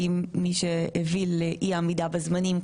כי מי שהביא לאי עמידה בזמנים,